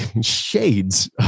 shades